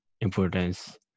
importance